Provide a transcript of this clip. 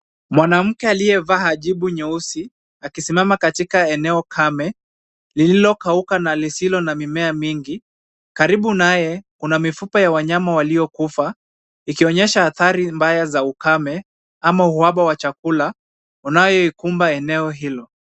Mwanamke aliyevaa hajibu nyeusi akisimama katika eneo kame lililokauka na lisilokuwa na mimea mingi. Karibu naye kuna mifupa ya wanyama waliyokufa ikionyesha athari mbaya za ukame ama uhaba wa chakula unayoikumba eneo hilo.